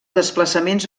desplaçaments